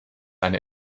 eine